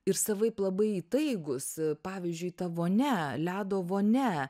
ir savaip labai įtaigūs pavyzdžiui ta vonia ledo vonia